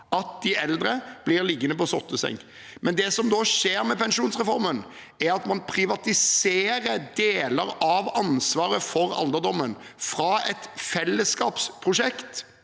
at de eldre blir liggende på sotteseng. Det som da skjer med pensjonsreformen, er at man privatiserer deler av ansvaret for alderdommen fra et fellesskapsprosjekt